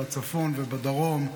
בצפון ובדרום,